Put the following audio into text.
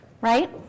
Right